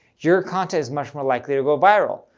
your content is much more likely to go viral.